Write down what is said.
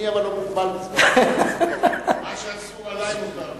מה שאסור עלי מותר לו.